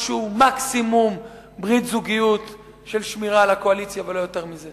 שהוא מקסימום ברית זוגיות של שמירה על הקואליציה ולא יותר מזה.